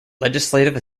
legislative